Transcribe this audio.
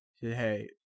hey